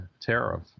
tariff